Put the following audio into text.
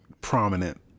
prominent